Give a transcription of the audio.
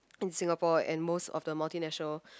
in Singapore and most of the multi-national